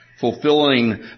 fulfilling